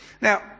Now